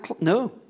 No